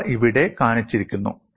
ഇവ ഇവിടെ കാണിച്ചിരിക്കുന്നു